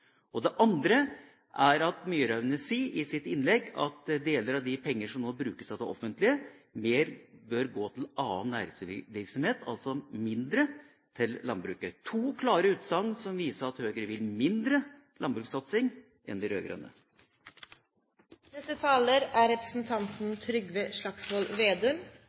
For det andre sier Myraune i innlegget sitt at deler av de pengene som nå brukes av det offentlige, bør gå til annen næringsvirksomhet – altså mindre til landbruket. To klare utsagn som viser at Høyre vil mindre landbrukssatsing enn de rød-grønne! Det er